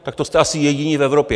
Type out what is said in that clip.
Tak to jste asi jediní v Evropě.